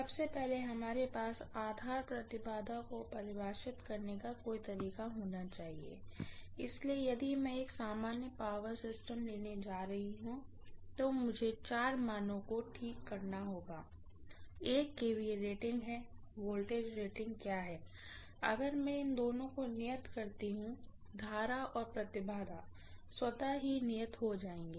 सबसे पहले हमारे पास आधार इम्पीडेन्स को परिभाषित करने का कोई तरीका होना चाहिए इसलिए यदि मैं एक सामान्य पावर सिस्टम लेने जा रही हूँ तो मुझे चार मानों को ठीक करना होगा एक kVA रेटिंग है वोल्टेज रेटिंग क्या है अगर मैं इन दोनों को नियत करती हूँ करंट और इम्पीडेन्स स्वतः ही नियत हो जायेंगे